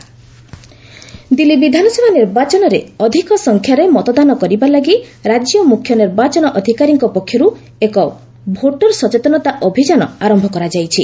Delhi assembly countdown Delhi ବିଧାନସଭା ନିର୍ବାଚନରେ ଅଧିକ ସଂଖ୍ୟାରେ ମତଦାନ କରିବା ଲାଗି ରାଜ୍ୟ ମୁଖ୍ୟ ନିର୍ବାଚନ ଅଧିକାରୀଙ୍କ ପକ୍ଷରୁ ଏକ ଭୋଟର ସଚେତନତା ଅଭିଯାନ ଆରମ୍ଭ କରାଯାଇଛି